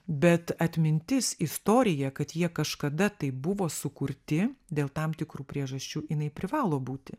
bet atmintis istorija kad jie kažkada tai buvo sukurti dėl tam tikrų priežasčių jinai privalo būti